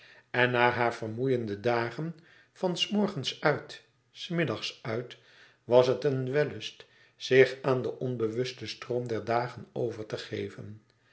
en na hare vermoeiende dagen van s morgens uit s middags uit was het een wellust zich aan den onbewusten stroom der dagen over te geven